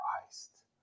Christ